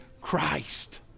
Christ